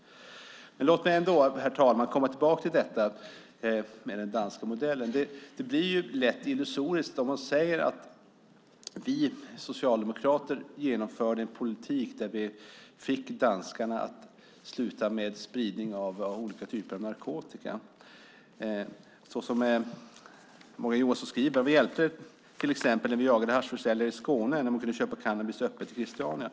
Låt mig ändå, herr talman, komma tillbaka till den danska modellen. Det blir lätt illusoriskt om socialdemokraterna säger att de genomförde en politik där de fick danskarna att sluta med spridning av olika typer av narkotika. Morgan Johansson skriver: "Vad hjälpte det till exempel att vi jagade haschförsäljare i Skåne när man kunde köpa cannabis öppet i Christiania?"